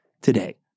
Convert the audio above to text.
today